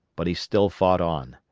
but he still fought on.